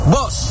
Boss